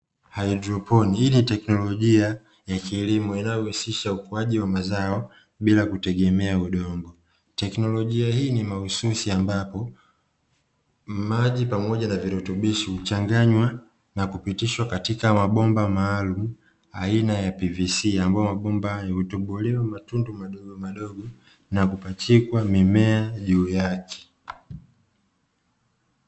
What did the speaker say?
Haidroponi, hii ni teknolojia ya kilimo inayohusisha ukuaji wa mazao bila kutumia udongo, teknolojia hii ni mahususi ambapo maji pamoja na virutubisho huchanganywa na kupitishwa katika mabomba maalumu, aina ya (pvc) ambayo mabomba hayo hutobolewa matundu madogomadogo na kupachikwa mimea juu yake.